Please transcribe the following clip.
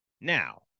Now